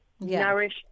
Nourish